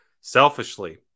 Selfishly